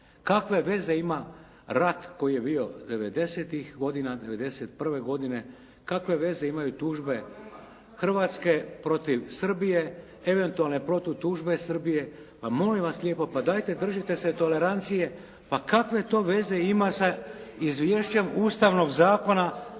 Kakve veze ima rat koji je bio 90-tih godina, 1991. godine? Kakve veze imaju tužbe Hrvatske protiv Srbije, eventualne protutužbe Srbije? Pa molim vas lijepo, pa dajte držite se tolerancije. Pa kakve to veze ima sa Izvješćem Ustavnog zakona.